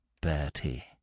Bertie